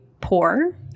poor